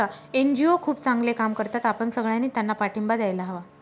NGO खूप चांगले काम करतात, आपण सगळ्यांनी त्यांना पाठिंबा द्यायला हवा